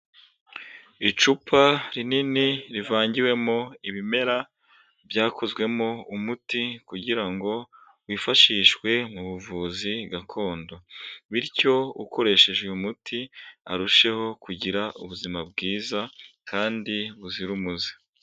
Icupa rinini rivangiwemo ibimera byakozwemo umuti kugira ngo wifashishwe mu buvuzi gakondo, bityo ukoresheje uyu muti arusheho kugira ubuzima bwiza kandi buzira umuze.